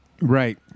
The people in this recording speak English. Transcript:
Right